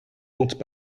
mentent